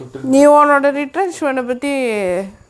fifteen minutes to step by step